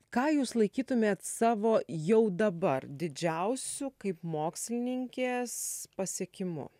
ką jūs laikytumėt savo jau dabar didžiausiu kaip mokslininkės pasiekimu